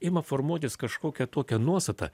ima formuotis kažkokia tokia nuosata